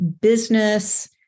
business